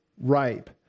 ripe